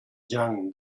young